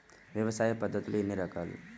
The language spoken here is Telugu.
వ్యవసాయ పద్ధతులు ఎన్ని రకాలు?